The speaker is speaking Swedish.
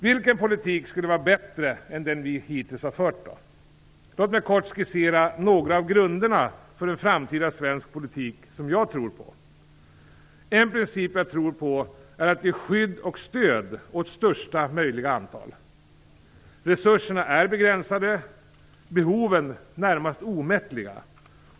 Vilken politik skulle då vara bättre än den vi hittills har fört? Låt mig kort skissera några av grunderna för en framtida svensk politik som jag tror på. En princip jag tror på är att ge skydd och stöd åt största möjliga antal. Resurserna är begränsade, behoven närmast omättliga.